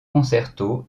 concerto